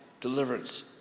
deliverance